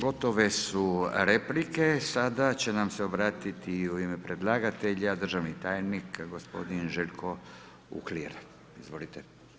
Gotove su replike, sada će nam se obratiti u ime predlagatelja državni tajnik gospodin Željko Uhlir, izvolite.